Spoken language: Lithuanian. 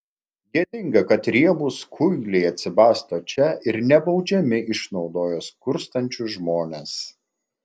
gėdinga kad riebūs kuiliai atsibasto čia ir nebaudžiami išnaudoja skurstančius žmones